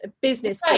business